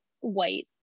white